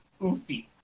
oofy